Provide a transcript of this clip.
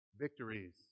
victories